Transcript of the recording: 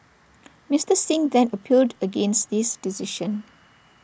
Mister Singh then appealed against this decision